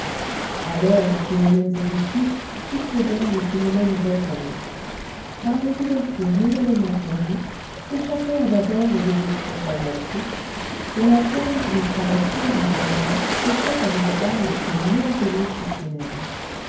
alors aux phénomènes éruptifs succédèrent les phénomènes volcaniques par les ouvertures nouvellement formées s'échappèrent d'abord les déjections basaltiques dont la plaine que nous traversions en ce moment offrait à nos regards les plus merveilleux spécimens